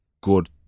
good